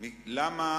למה